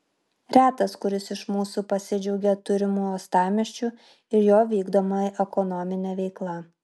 retas kuris iš mūsų pasidžiaugia turimu uostamiesčiu ir jo vykdoma ekonomine veikla